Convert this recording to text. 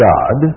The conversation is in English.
God